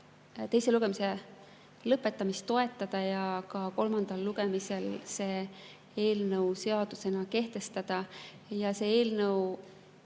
teise lugemise lõpetamist toetada ja kolmandal lugemisel see eelnõu seadusena kehtestada.